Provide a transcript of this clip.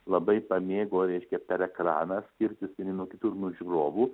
labai pamėgo reiškia per ekraną skirtis vieni nuo kitų ir nuo žiūrovų